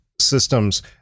systems